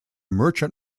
merchant